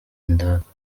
indatwa